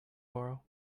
borrow